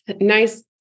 nice